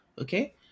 Okay